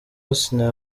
asinah